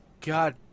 God